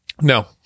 No